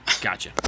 Gotcha